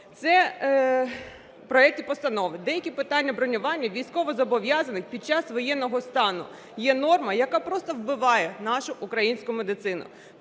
Це в проекті Постанови деякі питання бронювання військовозобов'язаних під час воєнного стану є норма, яка просто вбиває нашу українську медицину.